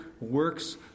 works